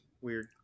weird